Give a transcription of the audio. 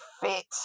fit